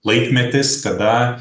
laikmetis kada